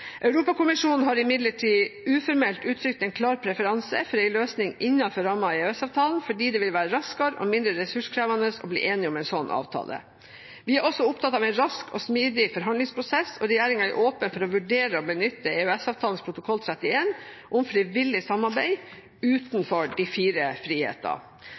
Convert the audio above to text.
Europakommisjonen har imidlertid uformelt uttrykt en klar preferanse for en løsning innenfor rammen av EØS-avtalen, fordi det vil være raskere og mindre ressurskrevende å bli enige om en slik avtale. Vi er også opptatt av en rask og smidig forhandlingsprosess, og regjeringen er åpen for å vurdere å benytte EØS-avtalens protokoll 31 om frivillig samarbeid utenfor de fire